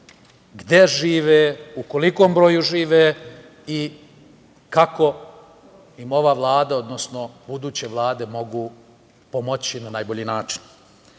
gde žive, u kolikom broju žive i kako im ova vlada, odnosno buduće vlade mogu pomoći na najbolji način. Sve